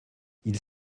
ils